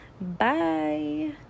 Bye